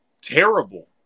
terrible